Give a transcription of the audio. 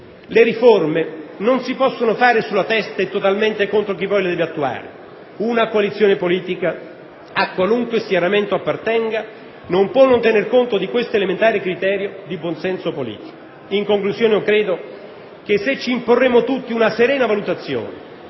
Le riforme non si possono fare sulla testa e totalmente contro chi, poi, le deve attuare. Una coalizione politica, a qualunque schieramento appartenga, non può non tener conto di questo elementare criterio di buon senso politico. In conclusione, credo che se ci imporremo tutti una serena valutazione